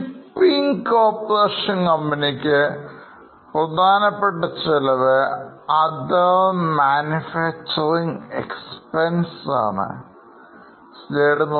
shipping corporation കമ്പനിക്ക് പ്രധാനപ്പെട്ട ചെലവ് other manufacturing expenses ആണ്